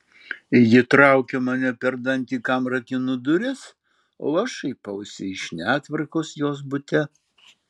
ji traukia mane per dantį kam rakinu duris o aš šaipausi iš netvarkos jos bute